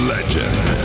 Legend